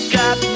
got